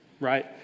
right